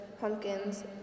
pumpkins